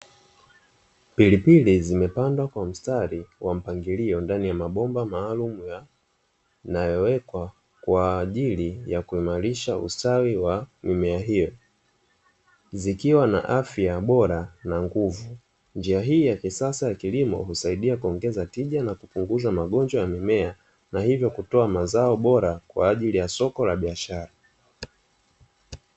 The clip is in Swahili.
Pilipili zimepandwa kwa mstari wa mpangilio ndani ya mabomba maalumu yanayowekwa kwa ajili ya kuimarisha ustawi wa mimea hiyo, zikiwa na afya bora na nguvu. Njia hii ya kisasa ya kilimo husaidia kuongeza tija, na kupunguza magonjwa ya mimea, na hivyo kutoa mazao bora kwa ajili ya soko la biashara.